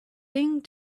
thing